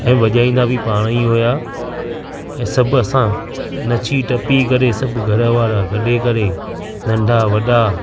ऐं वॼाईंदा बि पाण ई हुआ ऐं सभु असां नची टपी करे सभु घरवारा गॾे करे नंढा वॾा